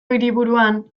hiriburuan